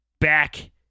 Back